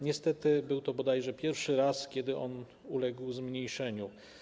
Niestety był to bodajże pierwszy raz, kiedy on uległ zmniejszeniu.